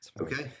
okay